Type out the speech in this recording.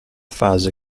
fase